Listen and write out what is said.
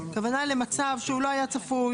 הכוונה היא למצב שהוא לא היה צפוי,